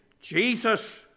Jesus